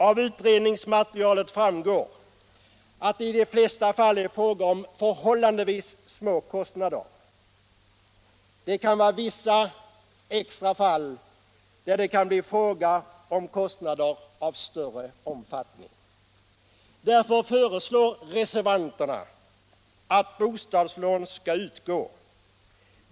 Av utredningsmaterialet framgår att det i de flesta fall är fråga om förhållandevis små kostnader — det kan vara vissa extrema fall där det kan bli fråga om kostnader av större omfattning. Därför föreslår reservanterna att bostadslån skall utgå.